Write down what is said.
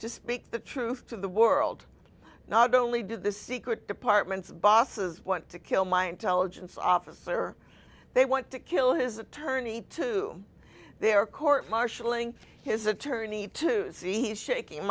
to speak the truth to the world not only do the secret departments bosses want to kill my intelligence officer they want to kill his attorney to their court martialing his attorney to see he's shaking